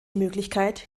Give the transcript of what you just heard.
möglichkeit